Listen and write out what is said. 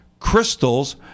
crystals